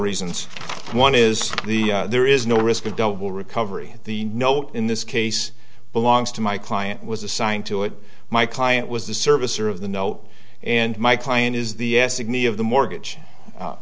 reasons one is the there is no risk of double recovery the note in this case belongs to my client was assigned to it my client was the servicer of the note and my client is the essig me of the mortgage